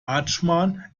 adschman